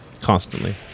constantly